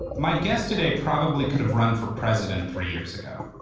my guest today probably could have run for president three years ago.